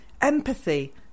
empathy